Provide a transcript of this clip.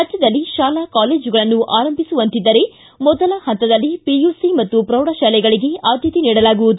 ರಾಜ್ಯದಲ್ಲಿ ತಾಲಾ ಕಾಲೇಜುಗಳನ್ನು ಆರಂಭಿಸುವಂತಿದ್ದರೆ ಮೊದಲ ಹಂತದಲ್ಲಿ ಪಿಯುಸಿ ಮತ್ತು ಪ್ರೌಢಶಾಲೆಗಳಗೆ ಆದ್ಯತೆ ನೀಡಲಾಗುವುದು